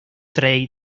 trade